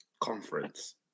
conference